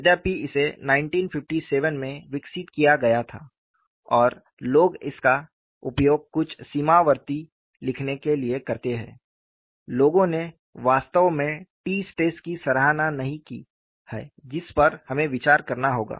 यद्यपि इसे 1957 में विकसित किया गया था और लोग इसका उपयोग कुछ सीमावर्ती उत्तर लिखने के लिए करते हैं लोगों ने वास्तव में T स्ट्रेस की सराहना नहीं की है जिस पर हमें विचार करना होगा